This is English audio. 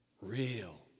Real